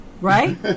Right